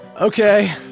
Okay